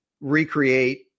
recreate